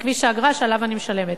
בכביש האגרה שעליו אני משלמת.